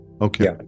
okay